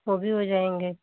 वो भी हो जाएंगे